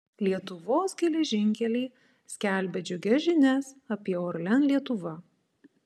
lietuvos geležinkeliai skelbia džiugias žinias apie orlen lietuva